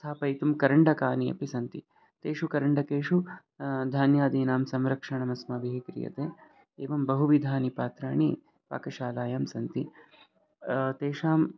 स्थापयितुं करण्डकानि अपि सन्ति तेषु करण्डकेषु धान्यादीनां संरक्षणम् अस्माभिः क्रियते एवं बहुविधानि पात्राणि पाकशालायां सन्ति तेषाम्